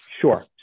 Sure